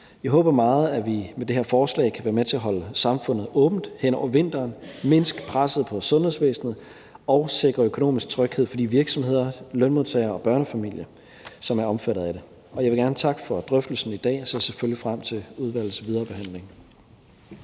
Jeg håber meget, at vi med det her forslag kan være med til at holde samfundet åbent hen over vinteren, mindske presset på sundhedsvæsenet og sikre økonomisk tryghed for de virksomheder, lønmodtagere og børnefamilier, som er omfattet af det. Og jeg vil gerne takke for drøftelsen i dag og ser selvfølgelig frem til udvalgets videre behandling.